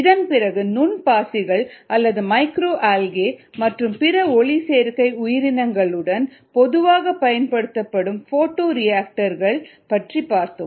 இதன்பிறகு நுண் பாசிகள் அல்லது மைக்ரோ ஆல்கே மற்றும் பிற ஒளிச்சேர்க்கை உயிரினங்களுடன் பொதுவாகப் பயன்படுத்தப்படும் போட்டோரியாக்டர் பற்றி பார்த்தோம்